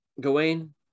Gawain